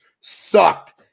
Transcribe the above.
sucked